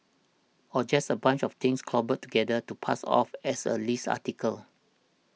or just a bunch of things cobbled together to pass off as a list article